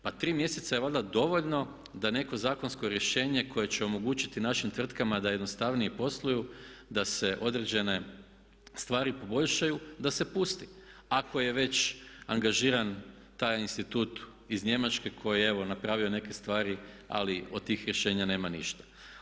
Pa tri mjeseca je valjda dovoljno da neko zakonsko rješenje koje će omogućiti našim tvrtkama da jednostavnije posluju da se određene stvari poboljšaju, da se pusti ako je već angažiran taj institut iz Njemačke koji evo napravio neke stvari, ali od tih rješenja nema ništa.